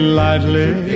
lightly